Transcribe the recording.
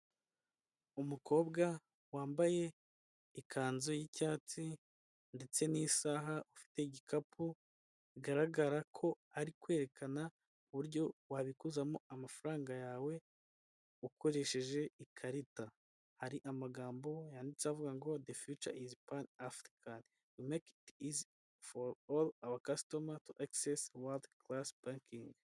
Umukobwa wambaye ikanzu y'icyatsi ndetse n'isaha ufite igikapu, bigaragara ko ari kwerekana uburyo wabikuzamo amafaranga yawe ukoresheje ikarita. Hari amagambo yanditse avuga ngo The future is pan-African . We make it easy for our customers, to access world-class banking.